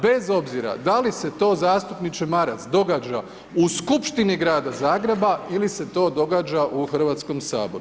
Bez obzira da li se to zastupniče Maras, događa u skupštini grada Zagreba ili se to događa u Hrvatskom saboru.